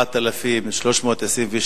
4,322